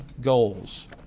goals